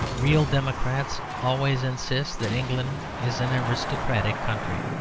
real democrats always insist that england is an aristocratic country.